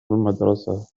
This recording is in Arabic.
المدرسة